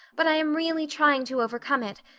but i am really trying to overcome it,